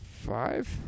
Five